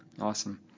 awesome